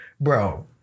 Bro